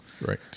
Right